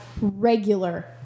regular